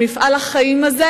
במפעל החיים הזה.